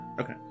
Okay